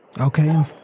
Okay